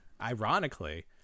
ironically